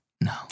No